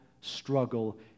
struggle